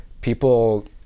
People